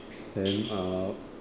and uh